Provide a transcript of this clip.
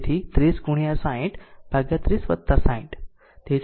તેથી 30 60 ભાગ્યા 30 60 તેથી 20 માઈક્રોફેરાડે છે